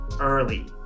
early